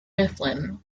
mifflin